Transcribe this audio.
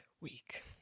week